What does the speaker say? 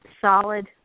solid